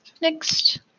Next